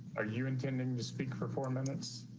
are you intending to speak for four minutes.